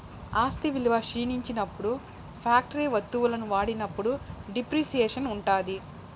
ఆస్తి విలువ క్షీణించినప్పుడు ఫ్యాక్టరీ వత్తువులను వాడినప్పుడు డిప్రిసియేషన్ ఉంటాది